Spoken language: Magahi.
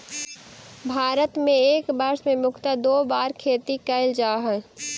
भारत में एक वर्ष में मुख्यतः दो बार खेती कैल जा हइ